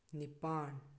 ꯅꯤꯄꯥꯜ